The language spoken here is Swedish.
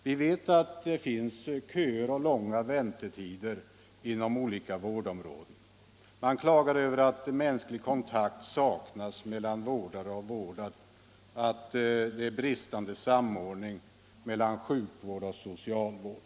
Vi vet att det finns köer och långa väntetider inom olika vårdområden. Man klagar över att mänsklig kontakt saknas mellan vårdare och vårdad, Nr 87 att det är bristande samordning mellan sjukvård och socialvård.